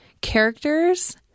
characters